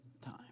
time